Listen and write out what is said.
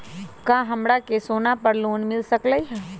का हमरा के सोना पर लोन मिल सकलई ह?